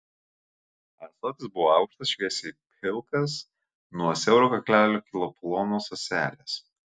ąsotis buvo aukštas šviesiai pilkas nuo siauro kaklelio kilo plonos ąselės